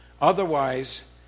Otherwise